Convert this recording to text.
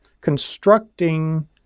constructing